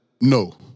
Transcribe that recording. No